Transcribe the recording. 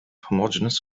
homogeneous